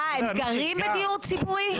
אה, הם גרים בדיור ציבורי?